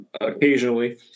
occasionally